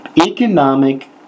economic